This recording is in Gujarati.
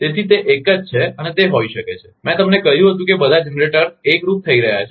તેથી તે એક જ છે અને તે હોઈ શકે છે મેં તમને કહ્યું હતું કે બધા જનરેટર એકરૂપ થઈ રહ્યા છે